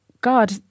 God